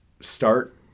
start